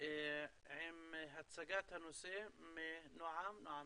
עם הצגת הנושא על ידי נועם